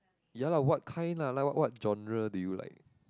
ya lah what kind lah like what what genre do you like